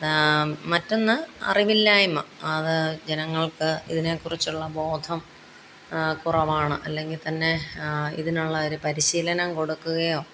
മറ്റൊന്ന് അറിവില്ലായ്മ അത് ജനങ്ങൾക്ക് ഇതിനെക്കുറിച്ചുള്ള ബോധം കുറവാണ് അല്ലെങ്കില് തന്നെ ഇതിനുള്ളൊരു പരിശീലനം കൊടുക്കുകയോ